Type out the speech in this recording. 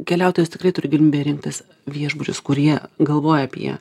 keliautojas tikrai turi galimybę rinktis viešbučius kurie galvoja apie